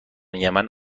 یمن